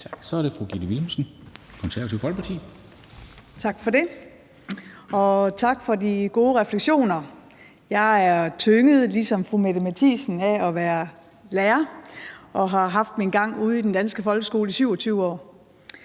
Tak for det, og tak for de gode refleksioner. Jeg er ligesom fru Mette Thiesen tynget af at være lærer og har haft min gang ude i den danske folkeskole i 27 år.